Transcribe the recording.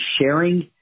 sharing